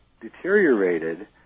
deteriorated